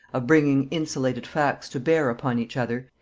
of bringing insulated facts to bear upon each other,